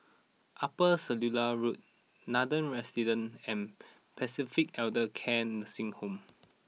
Upper Circular Road Nathan Residences and Pacific Elder Care Nursing Home